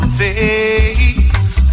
face